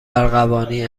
ارغوانی